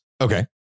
Okay